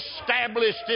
established